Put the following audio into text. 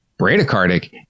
bradycardic